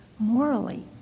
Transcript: Morally